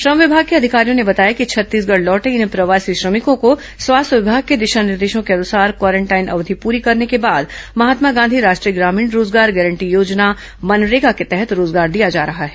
श्रम विमाग के अधिकारियों ने बताया कि छत्तीसगढ़ लौटे इन प्रवासी श्रमिकों को स्वास्थ्य विमाग के दिशा निर्देशों के अनुसार क्वारेंटाइन अवधि पूरी करने के बाद महात्मा गांधी राष्ट्रीय ग्रामीण रोजगार गारंटी योजना मनरेगा के तहत रोजगार दिया जा रहा है